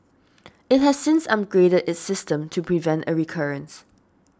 it has since upgraded its system to prevent a recurrence